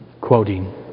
quoting